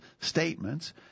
statements